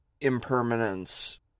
Impermanence